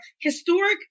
historic